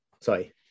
Sorry